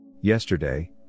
Yesterday